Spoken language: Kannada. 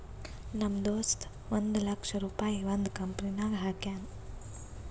ನಮ್ ದೋಸ್ತ ಒಂದ್ ಲಕ್ಷ ರುಪಾಯಿ ಒಂದ್ ಕಂಪನಿನಾಗ್ ಹಾಕ್ಯಾನ್